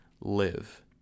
live